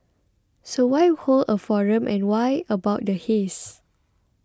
so why hold a forum and why about the haze